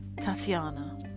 Tatiana